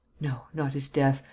no, not his death.